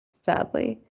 sadly